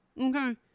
okay